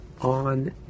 on